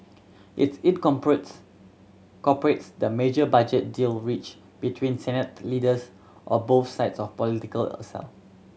its incorporates corporate's the major budget deal reach between Senate leaders or both sides of political aisle